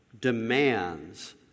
demands